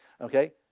Okay